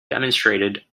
demonstrated